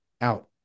out